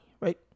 right